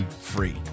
free